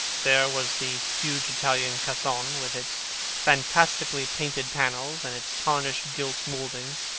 there was the huge italian cassone, with its fantastically painted panels and its tarnished gilt mouldings,